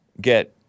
get